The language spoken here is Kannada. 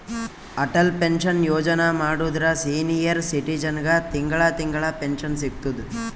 ಅಟಲ್ ಪೆನ್ಶನ್ ಯೋಜನಾ ಮಾಡುದ್ರ ಸೀನಿಯರ್ ಸಿಟಿಜನ್ಗ ತಿಂಗಳಾ ತಿಂಗಳಾ ಪೆನ್ಶನ್ ಸಿಗ್ತುದ್